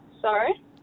Sorry